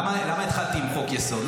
למה התחלתי עם חוק-יסוד?